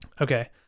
okay